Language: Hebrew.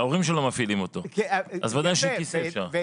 ההורים שלו מפעילים אותו, אז ודאי שכיסא אפשר.